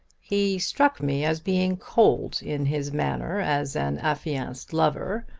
he struck me as being cold in his manner as an affianced lover.